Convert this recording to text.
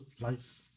life